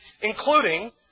including